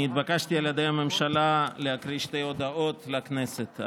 אני התבקשתי על ידי הממשלה להקריא שתי הודעות לכנסת.